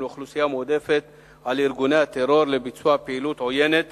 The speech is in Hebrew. לאוכלוסייה מועדפת על ארגוני הטרור לביצוע פעילות עוינת